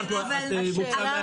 את מוציאה מהכלל את ה-36.